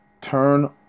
turn